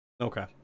Okay